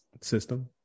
system